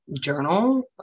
journal